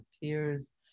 peers